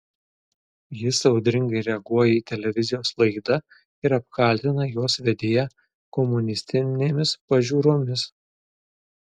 jis audringai reaguoja į televizijos laidą ir apkaltina jos vedėją komunistinėmis pažiūromis